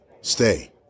stay